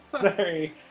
Sorry